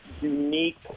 unique